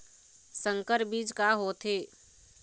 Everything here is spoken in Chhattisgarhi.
संकर बीज का होथे?